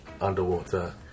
underwater